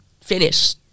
finish